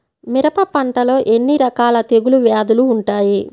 మిరప పంటలో ఎన్ని రకాల తెగులు వ్యాధులు వుంటాయి?